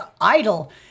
idol